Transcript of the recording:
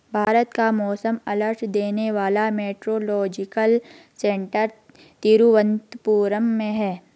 भारत का मौसम अलर्ट देने वाला मेट्रोलॉजिकल सेंटर तिरुवंतपुरम में है